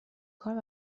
کار